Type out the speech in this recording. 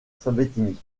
sabatini